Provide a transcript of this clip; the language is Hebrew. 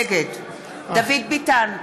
נגד דוד ביטן,